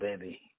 baby